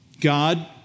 God